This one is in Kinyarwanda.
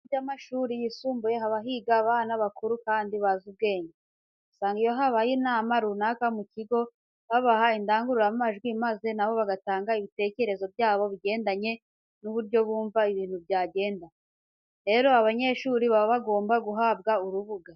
Mu bigo by'amashuri yisumbuye haba higa abana bakuru kandi bazi ubwenge. Usanga iyo habaye inama runaka mu kigo, babaha indangururamajwi maze na bo bagatanga ibitekerezo byabo bigendanye n'uburyo bumva ibintu byagenda. Rero abanyeshuri baba bagomba guhabwa urubuga.